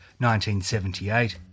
1978